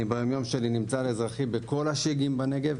ביום-יום שלי אני נמצא על אזרחי בכל הש"גים בנגב,